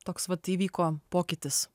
toks vat įvyko pokytis